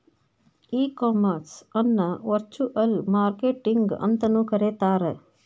ಈ ಕಾಮರ್ಸ್ ಅನ್ನ virtual marketing ಅಂತನು ಕರೇತಾರ